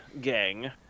gang